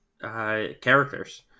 characters